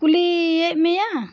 ᱠᱩᱞᱤᱭᱮᱜ ᱢᱮᱭᱟ